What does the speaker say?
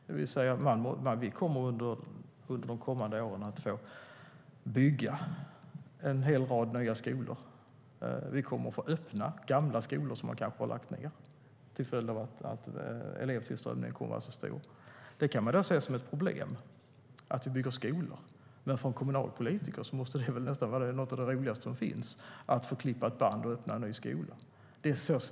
Det innebär att vi under de kommande åren kommer att få bygga en hel rad nya skolor, och vi kommer att få öppna gamla skolor som man kanske har lagt ned på grund av utflyttning och annat, till följd av att elevtillströmningen kommer att vara så stor. Man kan se det som ett problem att vi bygger skolor. Men för en kommunalpolitiker måste det vara något av det roligaste som finns att få klippa ett band och öppna en ny skola.